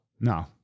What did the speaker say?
No